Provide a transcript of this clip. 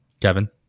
Kevin